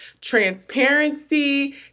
transparency